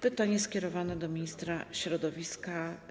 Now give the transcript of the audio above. Pytanie jest skierowane do ministra środowiska.